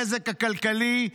הנזק הכלכלי,